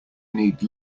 need